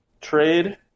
Trade